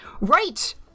Right